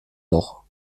loch